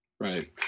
Right